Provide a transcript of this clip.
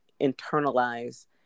internalize